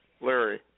Larry